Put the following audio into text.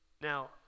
Now